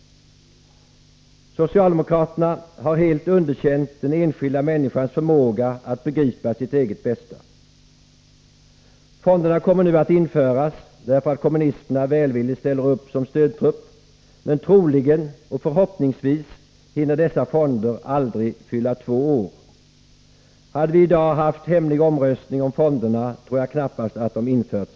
Socialdemokraterna har helt underkänt den enskilda människans förmåga att begripa sitt eget bästa. Fonderna kommer nu att införas, därför att kommunisterna välvilligt ställer upp som stödtrupp, men troligen, och förhoppningsvis, hinner dessa fonder aldrig fylla två år. Hade vi i dag haft hemlig omröstning om fonderna, tror jag knappast att de införts.